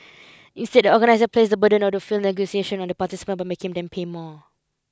instead the organisers placed the burden of the failed negotiations on the participants by making them pay more